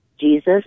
Jesus